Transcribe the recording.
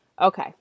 Okay